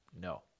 No